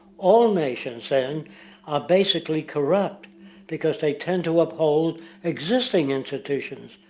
all nations then are basically corrupt because they tend to uphold existing institutons.